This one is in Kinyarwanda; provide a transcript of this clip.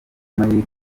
amahirwe